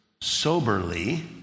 soberly